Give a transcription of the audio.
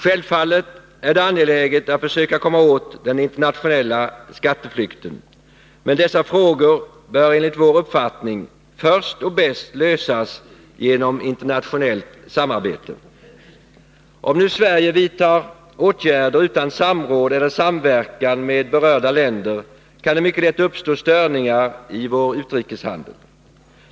Självfallet är det angeläget att försöka komma åt den internationella skatteflykten, men dessa frågor kan enligt vår uppfattning först och bäst lösas genom internationellt samarbete. Om nu Sverige vidtar åtgärder utan samråd eller samverkan med berörda länder kan det mycket lätt uppstå störningar i vår utrikeshandel.